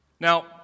Now